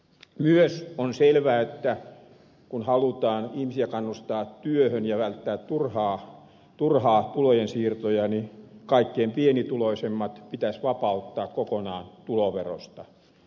myös on selvää että kun halutaan ihmisiä kannustaa työhön ja välttää turhia tulonsiirtoja niin kaikkein pienituloisimmat pitäisi vapauttaa kokonaan tuloverosta